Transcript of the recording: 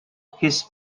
his